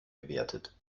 gewertet